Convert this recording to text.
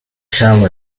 shallow